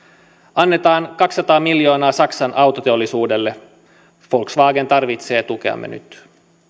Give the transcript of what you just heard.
annetaan kaksisataa miljoonaa saksan autoteollisuudelle volkswagen tarvitsee tukeamme nyt